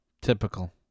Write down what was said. Typical